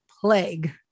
plague